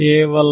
ಕೇವಲ